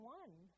one